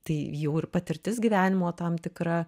tai jau ir patirtis gyvenimo tam tikra